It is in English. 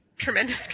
tremendous